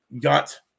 Got